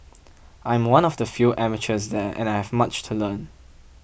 I am one of the few amateurs there and I have much to learn